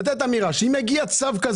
ניתן לחשב עלויות של מאדה במערכות פתוחות,